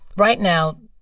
right now,